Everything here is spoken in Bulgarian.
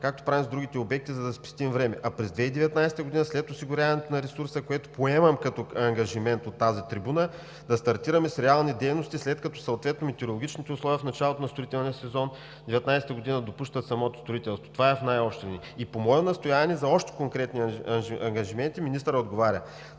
както правим с другите обекти, за да спестим време, а през 2019 г., след осигуряването на ресурса, което поемам като ангажимент от тази трибуна, да стартираме с реални дейности, след като съответно метеорологичните условия в началото на строителния сезон 2019 г. допускат самото строителство.“ Това е в най-общи линии. По мое настояване за още конкретни ангажименти министърът отговаря: